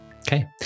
Okay